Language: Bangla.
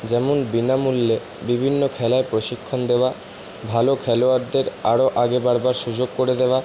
যেমন বিনামূল্যে বিভিন্ন খেলায় প্রশিক্ষণ দেওয়া ভালো খেলোয়াড়দের আরও আগে বাড়বার সুযোগ করে দেওয়া